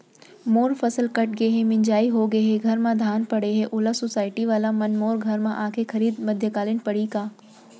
मोर फसल कट गे हे, मिंजाई हो गे हे, घर में धान परे हे, ओला सुसायटी वाला मन मोर घर म आके खरीद मध्यकालीन पड़ही का?